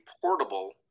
portable